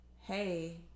hey